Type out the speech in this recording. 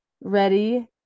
ready